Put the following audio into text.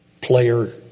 player